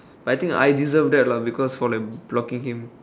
but I think her ideas of that for like blocking him